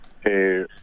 Hey